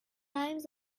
rhymes